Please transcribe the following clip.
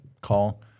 call